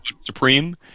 Supreme